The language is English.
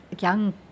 young